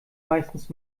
meistens